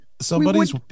Somebody's